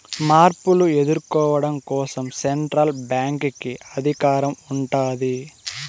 మార్పులు ఎదుర్కోవడం కోసం సెంట్రల్ బ్యాంక్ కి అధికారం ఉంటాది